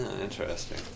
Interesting